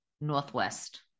Northwest